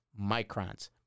microns